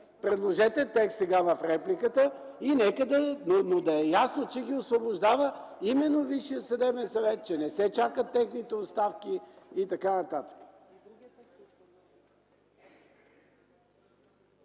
Предложете текст сега в репликата, но да е ясно, че ги освобождава именно Висшият съдебен съвет, че не се чакат техните оставки и т.н.